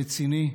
רציני,